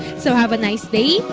so have a nice day,